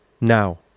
now